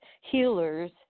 healers